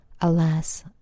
Alas